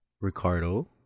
Ricardo